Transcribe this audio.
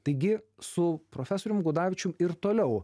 taigi su profesorium gudavičium ir toliau